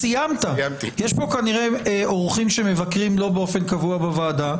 יש כאן כנראה אורחים שמבקרים לא באופן קבוע בוועדה.